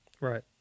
Right